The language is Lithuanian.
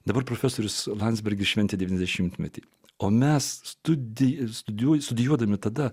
dabar profesorius landsbergis šventė dvidešimtmetį o mes studijas studijuoja studijuodami tada